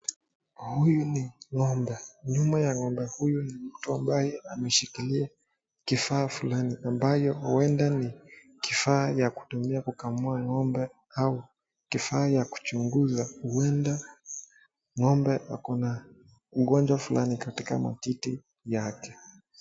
Huyu ni ngombe nyuma ya ngombe huyu ni mtu ambaye ameshikilia kifaa ambayo huenda ni kifaa ya kutumia kukamua ngombe ama kifaa ya kuchunguza huenda ngombe ako na ugonjwa katika matiti yake.